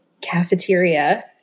cafeteria